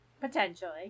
Potentially